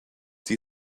die